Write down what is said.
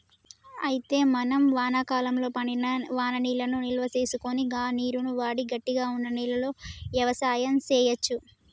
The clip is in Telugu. అయితే మనం వానాకాలంలో పడిన వాననీళ్లను నిల్వసేసుకొని గా నీరును వాడి గట్టిగా వున్న నేలలో యవసాయం సేయచ్చు